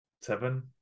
Seven